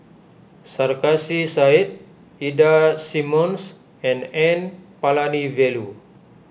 Sarkasi Said Ida Simmons and N Palanivelu